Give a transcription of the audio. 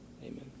Amen